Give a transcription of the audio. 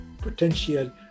potential